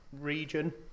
region